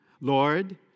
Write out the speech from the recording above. Lord